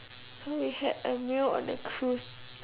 so we had a meal on the cruise